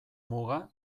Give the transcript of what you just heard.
muga